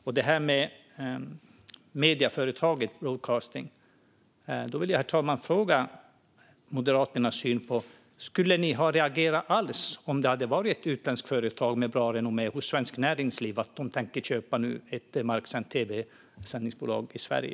När det gäller medieföretaget Bonnier Broadcasting vill jag fråga om Moderaternas syn, herr talman. Skulle man ha reagerat alls om det hade varit ett utländskt företag med gott renommé hos Svenskt Näringsliv som tänkte köpa ett marksänt tv-sändningsbolag i Sverige?